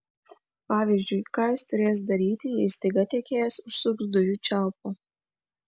pavyzdžiui ką jis turės daryti jei staiga tiekėjas užsuks dujų čiaupą